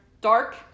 Dark